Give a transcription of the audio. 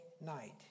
night